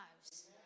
lives